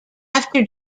after